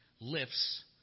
lifts